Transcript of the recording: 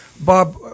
Bob